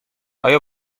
آیا